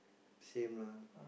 same lah